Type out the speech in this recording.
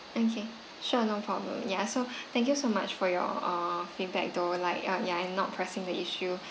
okay sure no problem ya so thank you so much for your uh feedback though like uh ya and not pressing the issue